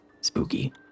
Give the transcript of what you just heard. spooky